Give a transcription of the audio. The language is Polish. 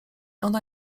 ona